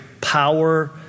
power